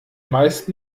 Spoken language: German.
meist